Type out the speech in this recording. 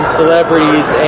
celebrities